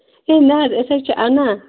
ہے نہَ أسۍ حظ چھِ اَنان